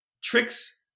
tricks